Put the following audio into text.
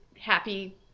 happy